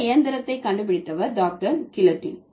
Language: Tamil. இந்த இயந்திரத்தை கண்டுபிடித்தவர் டாக்டர் கில்லட்டின்